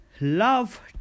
Love